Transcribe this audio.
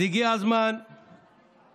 אז הגיע הזמן לעשות,